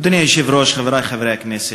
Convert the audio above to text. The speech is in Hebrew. אדוני היושב-ראש, חברי חברי הכנסת,